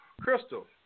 Crystal